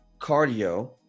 cardio